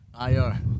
ir